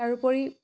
তাৰোপৰি